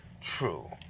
true